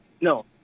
No